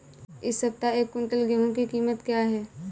इस सप्ताह एक क्विंटल गेहूँ की कीमत क्या है?